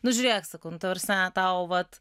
nu žiūrėk sakau nu ta prasme tau vat